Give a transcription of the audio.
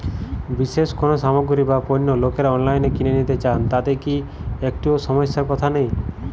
বিশেষ কোনো সামগ্রী বা পণ্য লোকেরা অনলাইনে কেন নিতে চান তাতে কি একটুও সমস্যার কথা নেই?